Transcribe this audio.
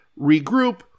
regroup